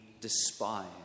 despise